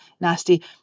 nasty